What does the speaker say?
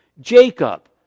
Jacob